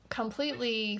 completely